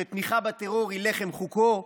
שתמיכה בטרור היא לחם חוקו,